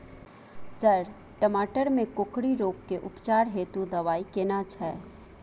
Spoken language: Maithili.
सर टमाटर में कोकरि रोग के उपचार हेतु दवाई केना छैय?